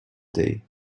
day